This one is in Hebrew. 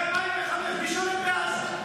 ב-2005 מי שלט בעזה?